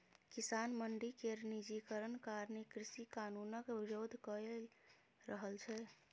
किसान मंडी केर निजीकरण कारणें कृषि कानुनक बिरोध कए रहल छै